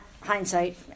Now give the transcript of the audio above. Hindsight